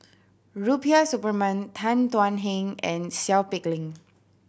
Rubiah Suparman Tan Thuan Heng and Seow Peck Leng